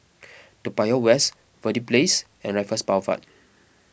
Toa Payoh West Verde Place and Raffles Boulevard